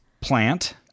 Plant